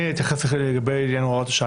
אני אתייחס לעניין הוראות שעה.